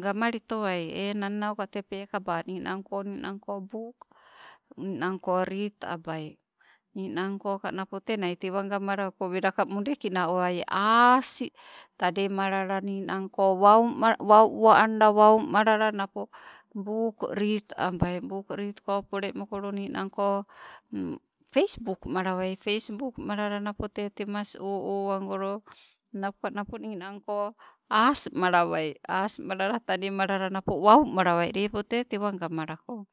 gamalitoai enang nauka tee peekaba ninangko, ninangko buk ninanko rit abai, ninanko ka napo tenia tewa gamalinoko welaka mudekina owai. Asii tademalala ninangko wau mal wau uwa anda wau malala napo buk rit abai, buk rit ko pole mokolo ninanko pesbuk malawai. Pesbuk malala napo tee temas o o wagolo, nap napo ninanko asimalawai asmalala tademalala napo wau malawai. Lepo te tewagamalako.